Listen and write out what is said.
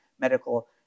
medical